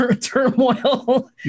turmoil